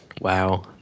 Wow